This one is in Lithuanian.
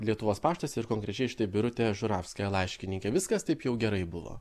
lietuvos paštas ir konkrečiai štai birutė žuravskė laiškininkė viskas taip jau gerai buvo